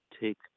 take